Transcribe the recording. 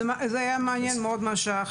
זה היה מעניין מאוד מה שאמר